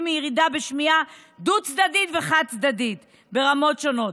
מירידה בשמיעה דו צדדית וחד-צדדית ברמות שונות?